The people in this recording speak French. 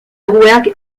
rouergue